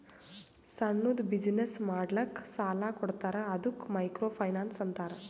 ಸಣ್ಣುದ್ ಬಿಸಿನ್ನೆಸ್ ಮಾಡ್ಲಕ್ ಸಾಲಾ ಕೊಡ್ತಾರ ಅದ್ದುಕ ಮೈಕ್ರೋ ಫೈನಾನ್ಸ್ ಅಂತಾರ